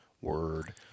Word